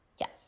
Yes